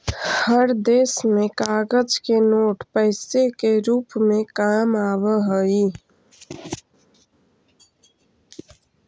हर देश में कागज के नोट पैसे से रूप में काम आवा हई